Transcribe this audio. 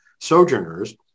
Sojourners